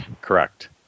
Correct